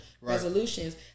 resolutions